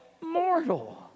mortal